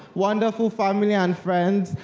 wonderful family and friends,